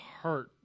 heart